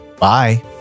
Bye